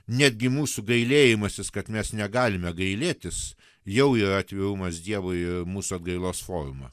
netgi mūsų gailėjimasis kad mes negalime gailėtis jau yra atvirumas dievui mūsų atgailos forma